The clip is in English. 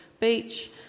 Beach